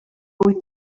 wyt